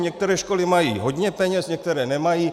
Některé školy mají hodně peněz, některé nemají.